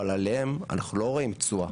אבל עליהם אנחנו לא רואים תשואה